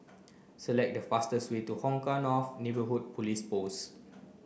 select the fastest way to Hong Kah North Neighbourhood Police Post